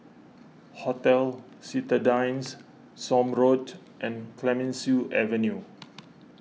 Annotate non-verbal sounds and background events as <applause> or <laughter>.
<noise> Hotel Citadines Somme Road and Clemenceau Avenue